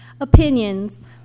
Opinions